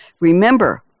remember